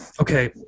okay